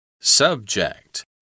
Subject